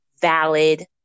valid